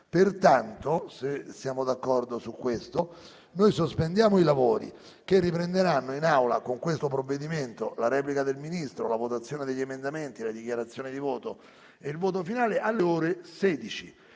Pertanto, se siamo d'accordo su questo, ora sospendiamo i lavori, che riprenderanno in Aula con questo provvedimento, la replica del Ministro, la votazione degli emendamenti, le dichiarazioni di voto e il voto finale, alle ore 16.